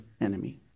enemy